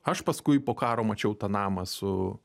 aš paskui po karo mačiau tą namą su